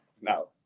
No